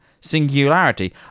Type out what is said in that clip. singularity